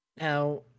Now